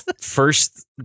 first